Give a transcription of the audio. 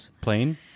Plane